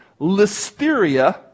listeria